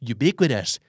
Ubiquitous